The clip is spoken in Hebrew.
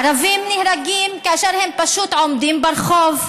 ערבים נהרגים כאשר הם פשוט עומדים ברחוב,